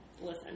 listen